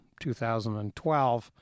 2012